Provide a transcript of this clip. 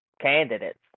candidates